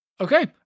Okay